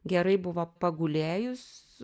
gerai buvo pagulėjus